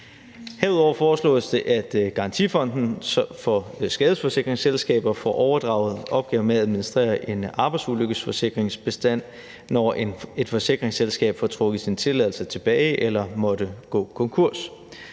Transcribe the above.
Herudover foreslås det, at Garantifonden for skadesforsikringsselskaber får overdraget opgaven med at administrere en arbejdsulykkesforsikringsbestand, når et forsikringsselskab får trukket sin tilladelse tilbage eller måtte gå konkurs.